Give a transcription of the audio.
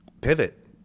pivot